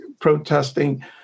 protesting